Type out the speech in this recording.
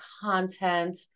content